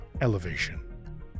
elevation